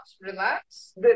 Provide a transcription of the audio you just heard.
relax